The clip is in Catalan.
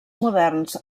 moderns